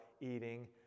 eating